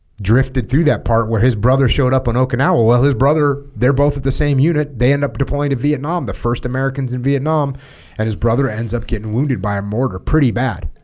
drifted through that part where his brother showed up on okinawa well his brother they're both at the same unit they end up deploying to vietnam the first americans in vietnam and his brother ends up getting wounded by a mortar pretty bad